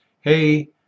hey